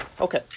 Okay